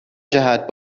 جهت